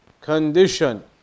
condition